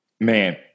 man